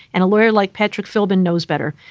and a lawyer like patrick philbin knows better.